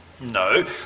No